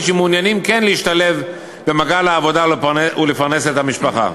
שמעוניינים כן להשתלב במעגל העבודה ולפרנס את המשפחה.